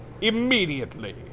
immediately